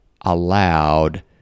allowed